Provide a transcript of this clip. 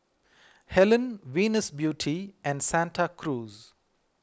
Helen Venus Beauty and Santa Cruz